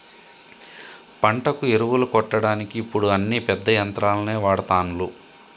పంటకు ఎరువులు కొట్టడానికి ఇప్పుడు అన్ని పెద్ద యంత్రాలనే వాడ్తాన్లు